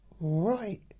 Right